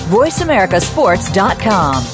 voiceamericasports.com